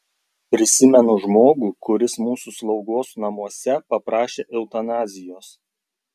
prisimenu žmogų kuris mūsų slaugos namuose paprašė eutanazijos